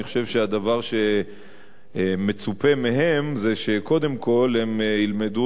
אני חושב שהדבר שמצופה מהם זה שקודם כול הם ילמדו